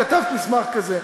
כתבת מסמך כזה?